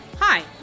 hi